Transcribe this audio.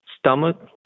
stomach